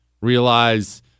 Realize